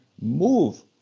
move